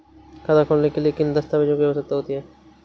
खाता खोलने के लिए किन दस्तावेजों की आवश्यकता होती है?